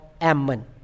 Ammon